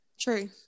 True